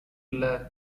இல்ல